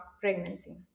pregnancy